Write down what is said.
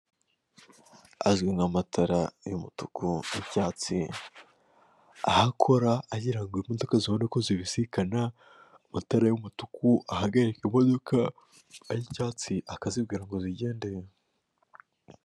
Azwi nka matara y'umutuku, y'ibyatsi, aho akora agirango imodoka zibone uko zibisikana amatara y'umutuku ahagarika imodoka, ay'icyatsi akazibwira ngo zigendere.